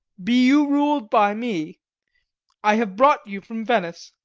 be you ruled by me i have brought you from venice.